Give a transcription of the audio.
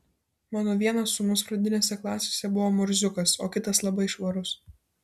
mano vienas sūnus pradinėse klasėse buvo murziukas o kitas labai švarus